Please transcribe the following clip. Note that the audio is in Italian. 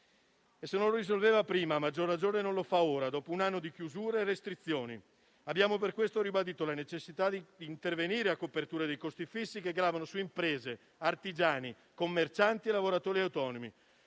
Se non lo risolveva prima, a maggior ragione non lo fa ora, dopo un anno di chiusure e restrizioni. Abbiamo ribadito per questo la necessità di intervenire a copertura dei costi fissi che gravano su imprese, artigiani, commercianti e lavoratori autonomi,